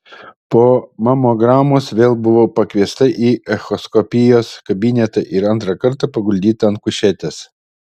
po mamogramos vėl buvau pakviesta į echoskopijos kabinetą ir antrą kartą paguldyta ant kušetės